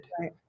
Right